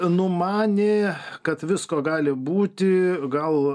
numanė kad visko gali būti gal